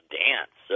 dance